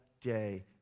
day